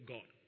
God